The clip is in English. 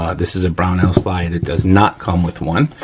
ah this is a brownell slide, it does not come with one.